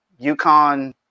UConn